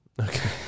Okay